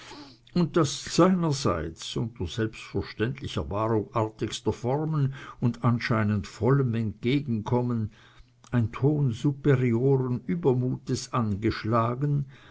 und daß seinerseits unter selbstverständlicher wahrung artigster formen und anscheinend vollen entgegenkommens ein ton superioren übermutes angeschlagen